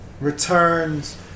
returns